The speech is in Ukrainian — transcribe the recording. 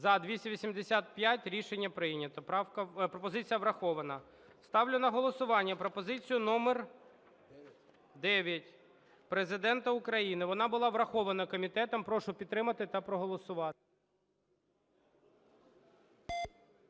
За-285 Рішення прийнято, пропозиція врахована. Ставлю на голосування пропозицію номер дев'ять Президента України. Вона була врахована комітетом. Прошу підтримати та проголосувати.